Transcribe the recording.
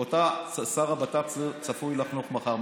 שהשר לביטחון פנים צפוי לחנוך מחר.